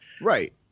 Right